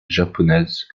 japonaises